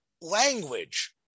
language